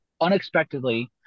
unexpectedly